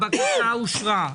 הצבעה הבקשה אושרה.